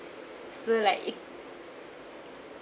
so like it